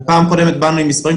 בפעם הקודמת באנו עם מספרים.